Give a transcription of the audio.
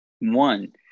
One